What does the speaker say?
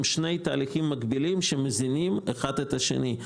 שני תהליכים מקבילים שמזינים אחד את השני.